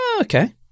okay